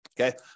okay